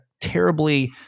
terribly